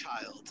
child